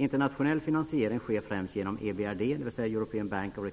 Internationell finansiering sker främst genom EBRD, dvs. European Bank of